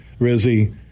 Rizzy